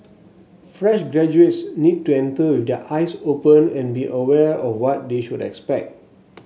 fresh graduates need to enter with their eyes open and be aware of what they should expect